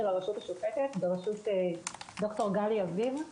הרשות השופטת בראשות דוקטור גלי אביב.